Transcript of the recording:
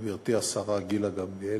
גברתי, השרה גילה גמליאל,